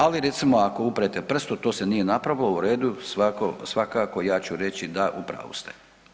Ali recimo ako uprete prstom to se nije napravilo, u redu svakako ja ću reći da u pravu ste.